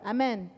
Amen